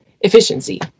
efficiency